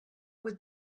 would